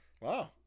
Wow